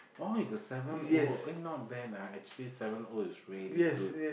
oh you got seven O eh not bad ah actually seven O is really good